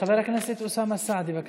חבר הכנסת אוסאמה סעדי, בבקשה.